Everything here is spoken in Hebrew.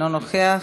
אינו נוכח.